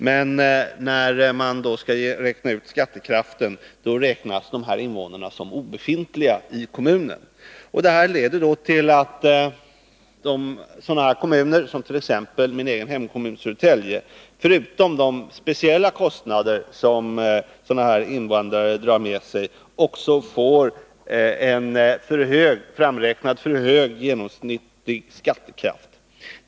Men när man skall räkna ut skattekraften, räknas dessa invånare som obefintliga i kommunen. För sådana kommuner som t.ex. min egen hemkommun Södertälje leder detta till att de förutom att de har speciella kostnader för dessa invandrare också får framräknad en för hög genomsnittlig skattekraft.